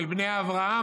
של בני אברהם,